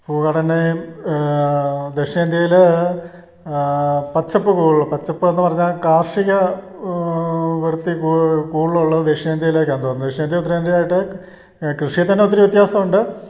ഭൂഘടനയും ദക്ഷിണേന്ത്യയിൽ പച്ചപ്പ് പച്ചപ്പെന്നു പറഞ്ഞാൽ കാർഷിക വൃത്തി കൂടലുള്ളത് ദക്ഷിണേന്ത്യയിലേക്ക് ആണെന്നു തോന്നുന്നു ദക്ഷിണേന്ത്യ ഉത്തരേന്ത്യേയും ആയിട്ട് കൃഷിയിൽ തന്നെ ഒത്തിരി വ്യത്യാസം ഉണ്ട്